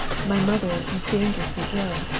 my mother was dangerously ill,